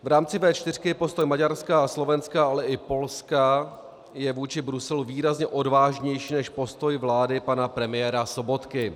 V rámci V4 postoj Maďarska a Slovenska, ale i Polska je vůči Bruselu výrazně odvážnější než postoj vlády pana premiéra Sobotky.